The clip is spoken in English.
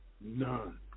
none